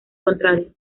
contrario